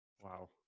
Wow